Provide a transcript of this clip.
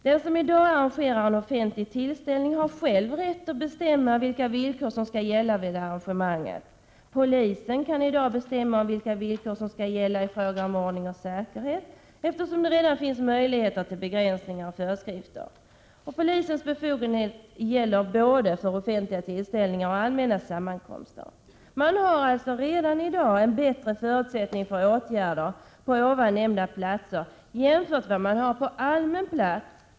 Den som i dag arrangerar en offentlig tillställning har själv rätt att bestämma vilka villkor som skall gälla vid arrangemanget. Polisen kan i dag bestämma om vilka villkor som skall gälla i fråga om ordning och säkerhet, eftersom det redan finns möjligheter till begränsningar och föreskrifter. Polisens befogenheter gäller både för offentliga tillställningar och för allmänna sammankomster. Man har alltså redan i dag en bättre förutsättning för åtgärder på nämnda platser, jämfört med vad man har på allmän plats.